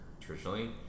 traditionally